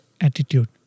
attitude